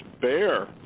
bear